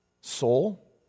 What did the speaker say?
Soul